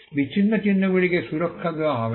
বিচ্ছিন্ন চিহ্নগুলিকে সুরক্ষা দেওয়া হবে না